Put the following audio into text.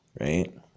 right